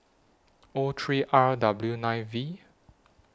O three R W nine V